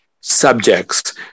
subjects